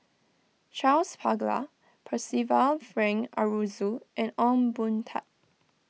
Charles Paglar Percival Frank Aroozoo and Ong Boon Tat